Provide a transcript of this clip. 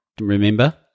remember